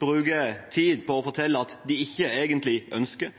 bruker tid på å fortelle at de ikke egentlig ønsker.